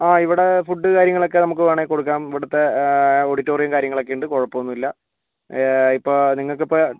ആ ഇവിടെ ഫുഡ് കാര്യങ്ങളൊക്കെ നമുക്ക് വേണേൽ കൊടുക്കാം ഇവിടത്തെ ഓഡിറ്റോറിയോം കാര്യങ്ങളൊക്കെ ഉണ്ട് കുഴപ്പോന്നുല്ല ഇപ്പം നിങ്ങൾക്കിപ്പം